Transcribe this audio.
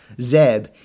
Zeb